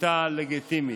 כשביתה לגיטימית.